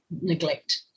neglect